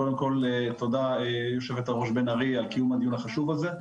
קודם כל תודה יושבת-הראש בן ארי על קיום הדיון החשוב הזה.